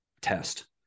test